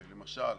למשל,